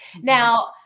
Now